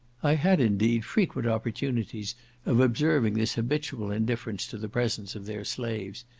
i had, indeed, frequent opportunities of observing this habitual indifference to the presence of their slaves.